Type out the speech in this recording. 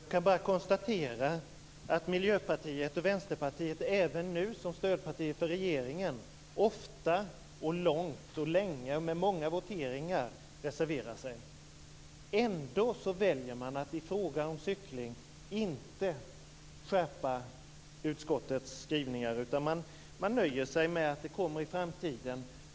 Herr talman! Jag kan bara konstatera att Miljöpartiet och Vänsterpartiet även nu, som stödpartier för regeringen, ofta reserverar sig och begär många och långa voteringar. Ändå väljer man att i fråga om cykling inte föreslå en skärpning av utskottets skrivningar; man nöjer sig med att frågan kommer upp i framtiden.